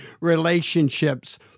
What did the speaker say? relationships